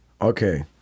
Okay